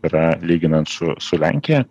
yra lyginant su su lenkija